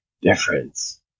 difference